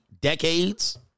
decades